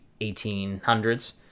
1800s